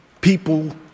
people